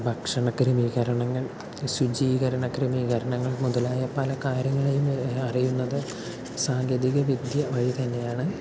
ഭക്ഷണ ക്രമീകരണങ്ങൾ ശുചീകരണ ക്രമീകരണങ്ങൾ മുതലായ പല കാര്യങ്ങളേയും വരെ അറിയുന്നത് സാങ്കേതികവിദ്യ വഴി തന്നെയാണ്